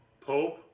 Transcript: Pope